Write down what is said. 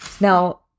Now